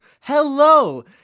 Hello